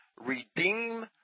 redeem